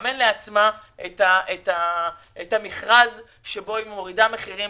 לממן לעצמה את המכרז שבו היא מורידה מחירים